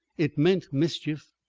it meant mischief,